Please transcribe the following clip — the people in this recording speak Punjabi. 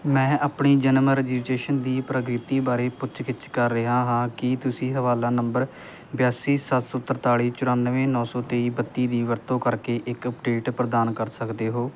ਮੈਂ ਆਪਣੇ ਜਨਮ ਰਜਿਸਟ੍ਰੇਸ਼ਨ ਦੀ ਪ੍ਰਵਿਰਤੀ ਬਾਰੇ ਪੁੱਛ ਗਿੱਛ ਕਰ ਰਿਹਾ ਹਾਂ ਕੀ ਤੁਸੀਂ ਹਵਾਲਾ ਨੰਬਰ ਬਿਆਸੀ ਸੱਤ ਸੌ ਤਰਤਾਲੀ ਚੁਰਾਨਵੇਂ ਨੌਂ ਸੌ ਤੇਈ ਬੱਤੀ ਦੀ ਵਰਤੋਂ ਕਰਕੇ ਇੱਕ ਅੱਪਡੇਟ ਪ੍ਰਦਾਨ ਕਰ ਸਕਦੇ ਹੋ